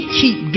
keep